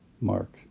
Mark